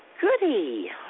goody